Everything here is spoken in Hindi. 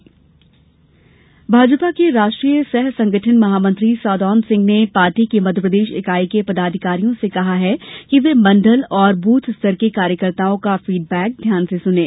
भाजपा बैठक भाजपा के राष्ट्रीय सह संगठन महामंत्री सौदान सिंह ने पार्टी की मध्यप्रदेश इकाई के पदाधिकारियों से कहा है कि वे मंडल और बूथ स्तर के कार्यकर्ताओं का फीडबैक ध्यान से सुनें